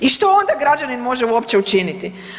I što onda građanin može uopće učiniti?